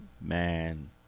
man